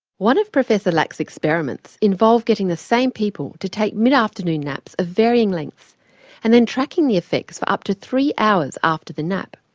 one of professor lack's experiments involved getting the same people to take mid afternoon naps of varying lengths and then tracking the effects for up to three hours after the nap.